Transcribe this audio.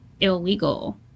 illegal